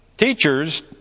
Teachers